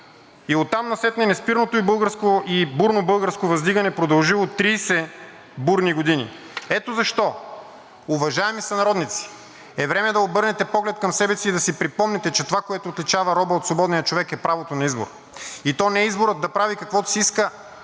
и оттам насетне неспирното и бурно българско въздигане, продължило 30 бурни години. Ето защо, уважаеми сънародници, е време да обърнете поглед към себе си и да си припомните, че това, което отличава роба от свободния човек, е правото на избор, и то не избора да прави каквото си иска,